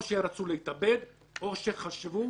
או שרצו להתאבד או שחשבו